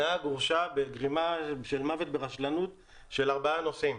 הנהג הורשע בגרימה של מוות ברשלנות של ארבעה נוסעים.